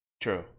True